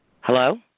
Hello